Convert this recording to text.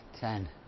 Ten